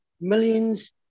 millions